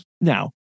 now